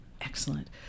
Excellent